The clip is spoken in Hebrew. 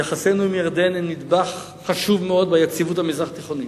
יחסינו עם ירדן הם נדבך חשוב מאוד ביציבות המזרח-תיכונית.